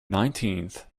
nineteenth